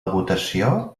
votació